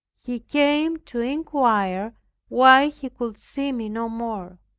he came to inquire why he could see me no more.